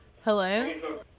Hello